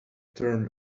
term